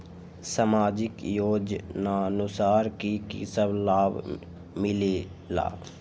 समाजिक योजनानुसार कि कि सब लाब मिलीला?